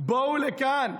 בואו לכאן.